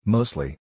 Mostly